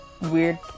weird